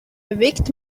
bewegt